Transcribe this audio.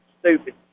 stupid